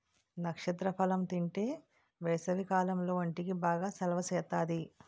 నక్షత్ర ఫలం తింతే ఏసవికాలంలో ఒంటికి బాగా సలవ సేత్తాది